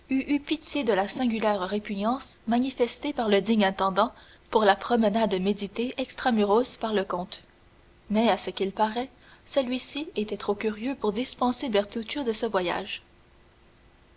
eu pitié de la singulière répugnance manifestée par le digne intendant pour la promenade méditée extra muros par le comte mais à ce qu'il paraît celui-ci était trop curieux pour dispenser bertuccio de ce petit voyage